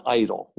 idol